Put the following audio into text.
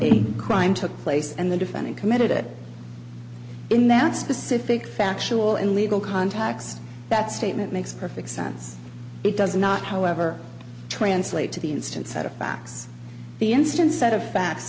a crime took place and the defendant committed it in that specific factual and legal context that statement makes perfect sense it does not however translate to the instant set of facts the instant set of facts